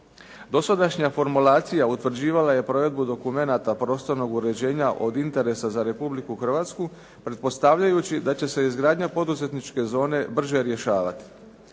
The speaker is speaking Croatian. Dosadašnja formulacija utvrđivala je provedbu dokumenata prostornog uređenja od interesa za Republiku Hrvatsku pretpostavljajući da će se izgradnja poduzetničke zone brže rješavati.